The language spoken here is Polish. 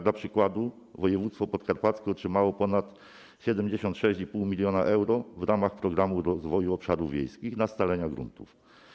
Dla przykładu województwo podkarpackie otrzymało ponad 76,5 mln euro w ramach Programu Rozwoju Obszarów Wiejskich na scalanie gruntów.